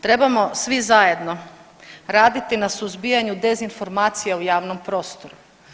Trebamo svi zajedno raditi na suzbijanju dezinformacija u javnom prostoru.